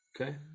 Okay